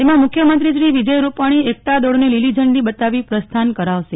તેમાં મુખ્યમંત્રી વિજય રૂપાણી એકતા દોડને લીલી ઝંડી બતાવી પ્રસ્થાન કરાવશે